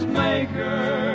maker